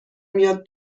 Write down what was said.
میاد